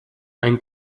ein